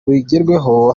bigerweho